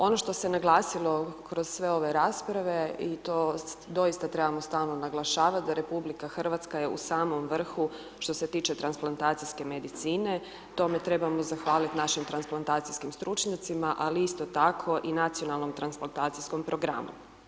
Ono što se naglasilo kroz sve ove rasprave i to doista trebamo stalno naglašavati da RH je u samom vrhu što se tiče transplantacijske medicine, tome trebamo zahvaliti našim transplantacijskim stručnjacima, ali i isto tako nacionalnom transplantacijskom programu.